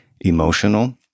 emotional